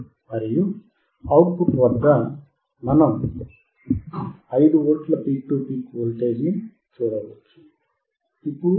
మరియు output వద్ద మనం 5V peak to peak voltage ని చూడవచ్చు ఇప్పుడు అది 5